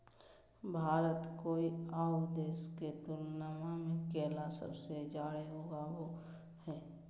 भारत कोय आउ देश के तुलनबा में केला सबसे जाड़े उगाबो हइ